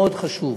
מאוד חשוב.